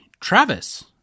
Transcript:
Travis